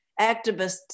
activists